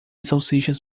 salsichas